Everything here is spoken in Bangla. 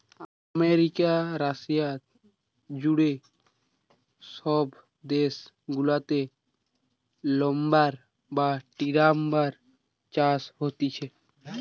আমেরিকা, রাশিয়া জুড়ে সব দেশ গুলাতে লাম্বার বা টিম্বার চাষ হতিছে